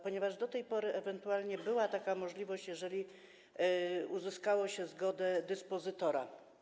Ponieważ do tej pory ewentualnie była taka możliwość, jeżeli uzyskało się zgodę dyspozytora.